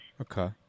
Okay